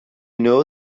know